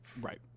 Right